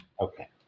Okay